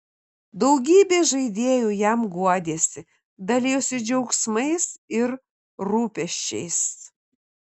daugybė žaidėjų jam guodėsi dalijosi džiaugsmais ir rūpesčiais